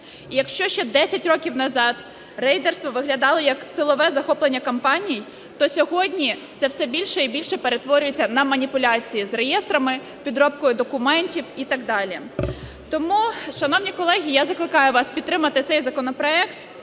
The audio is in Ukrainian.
І якщо ще 10 років назад рейдерство виглядало як силове захоплення компаній, то сьогодні це все більше і більше перетворюється на маніпуляції з реєстрами, підробку документів і так далі. Тому, шановні колеги, я закликаю вас підтримати цей законопроект.